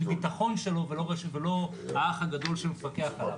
הביטחון שלו ולא האח הגדול שמפקח עליו.